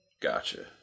Gotcha